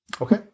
Okay